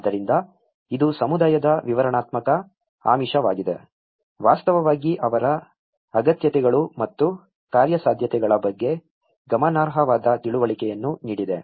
ಆದ್ದರಿಂದ ಇದು ಸಮುದಾಯದ ವಿವರಣಾತ್ಮಕ ಆಮಿಷವಾಗಿದೆ ವಾಸ್ತವವಾಗಿ ಅವರ ಅಗತ್ಯತೆಗಳು ಮತ್ತು ಕಾರ್ಯಸಾಧ್ಯತೆಗಳ ಬಗ್ಗೆ ಗಮನಾರ್ಹವಾದ ತಿಳುವಳಿಕೆಯನ್ನು ನೀಡಿದೆ